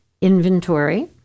inventory